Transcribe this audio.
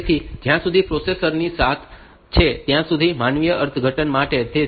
તેથી જ્યાં સુધી પ્રોસેસર ની વાત છે ત્યાં સુધી આ માનવીય અર્થઘટન માટે છે